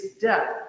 death